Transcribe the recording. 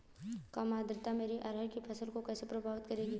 कम आर्द्रता मेरी अरहर की फसल को कैसे प्रभावित करेगी?